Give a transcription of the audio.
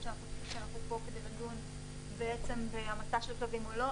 אנחנו לא פה כדי לדון בהמתה של כלבים או לא.